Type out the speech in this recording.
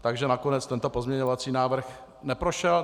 Takže nakonec tento pozměňovací návrh neprošel.